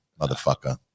motherfucker